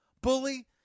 bully